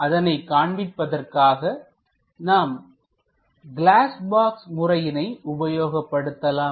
அதனை காண்பிப்பதற்காக நாம் கிளாஸ் பாக்ஸ் முறையினை உபயோகப்படுத்தலாம்